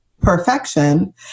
perfection